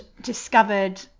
discovered